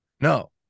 No